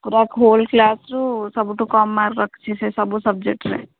ପୁରା ହୋଲ୍ କ୍ଲାସ୍ରୁ ସବୁଠୁ କାମ ମାର୍କ ରଖିଛି ସେ ସବୁ ସବଜେକ୍ଟରେ